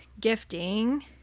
gifting